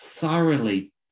thoroughly